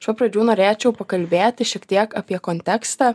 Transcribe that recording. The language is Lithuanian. iš pat pradžių norėčiau pakalbėti šiek tiek apie kontekstą